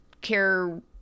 care